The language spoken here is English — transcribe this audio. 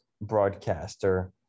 broadcaster